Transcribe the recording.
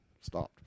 stopped